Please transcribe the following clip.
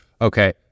okay